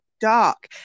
dark